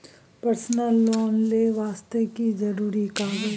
Personal loan ले वास्ते की जरुरी कागज?